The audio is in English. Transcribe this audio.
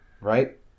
Right